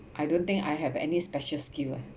I don't think I have any special skill lah